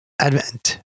Advent